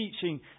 teaching